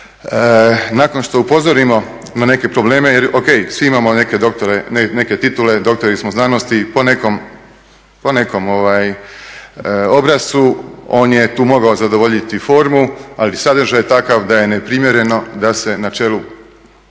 nakon što upozorimo na neke probleme, ok, svi imamo neke titule, doktori smo znanosti po nekom obrascu, on je tu mogao zadovoljiti formu, ali sadržaj je takav da je neprimjereno da se na čelu